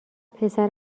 پسر